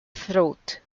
throat